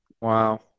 Wow